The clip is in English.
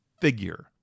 figure